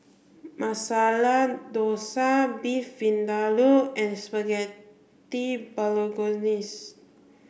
Masala Dosa Beef Vindaloo and Spaghetti Bolognese